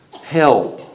help